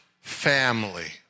family